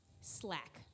Slack